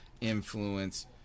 influence